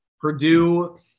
Purdue